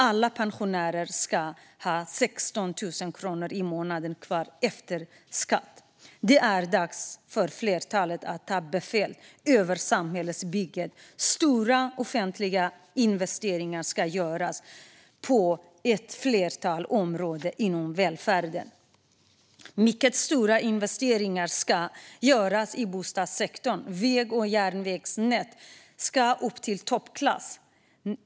Alla pensionärer ska ha minst 16 000 kronor i månaden kvar efter skatt. Det är dags för flertalet att ta befälet över samhällsbygget. Stora offentliga investeringar ska göras på ett flertal områden inom välfärden. Mycket stora investeringar ska göras i bostadssektorn. Väg och järnvägsnät ska upp till toppklass.